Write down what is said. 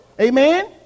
Amen